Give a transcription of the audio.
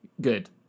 Good